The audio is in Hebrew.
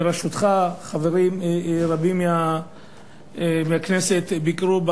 חברים רבים מהכנסת ביקרו,